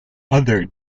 other